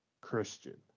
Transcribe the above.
Christian